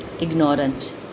ignorant